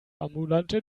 ambulanten